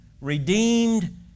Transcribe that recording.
redeemed